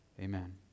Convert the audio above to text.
amen